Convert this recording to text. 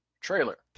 trailer